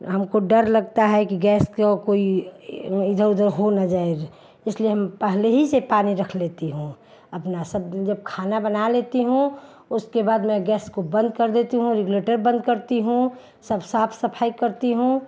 हमको डर लगता है कि गैस को कोई इधर उधर हो ना जाए इसलिए हम पहले ही से पानी रख लेती हूँ अपना सब दिन जब खाना बना लेती हूँ उसके बाद मैं गैस को बंद कर देती हूँ रेगुलेटर बंद करती हूँ सब साफ सफाई करती हूँ